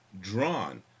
drawn